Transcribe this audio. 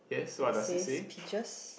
that says peaches